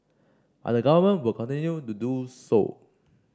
but the government will continue to do so